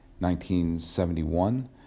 1971